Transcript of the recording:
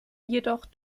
jedoch